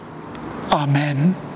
Amen